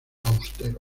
austero